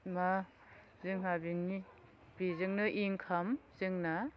मा जोंहा बेजोंनो इंकाम जोंना